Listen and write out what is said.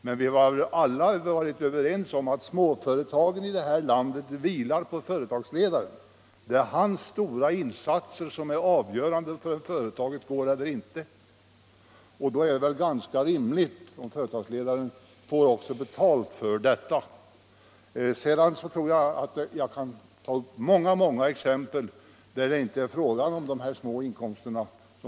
Men vi är alla överens om att småföretagen i detta land vilar på företagsledarna. Företagsledarens stora insatser är av görande för hur företaget går. Det är då ganska rimligt att företagsledaren — Nr 76 får betalning för sitt arbete. X 3 .